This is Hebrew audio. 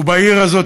ובעיר הזאת,